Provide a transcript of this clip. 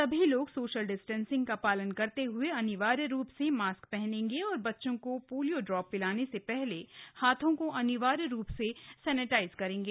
सभी लोग social distancing का शालन करते हये अनिवार्य रूप से मास्क हनेंगे और बच्चों को ोलियो ड्रा शिलाने से हले हाथों को अनिवार्य रू से सैनेटाइज करेंगे